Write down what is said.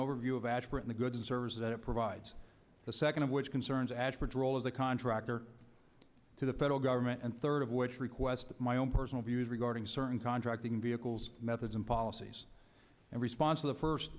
overview of ashburton the goods and services that it provides the second of which concerns advert role as a contractor to the federal government and third of which request my own personal views regarding certain contracting vehicles methods and policies and response to the first